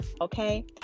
Okay